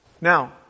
Now